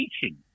teaching